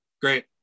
great